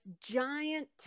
giant